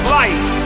life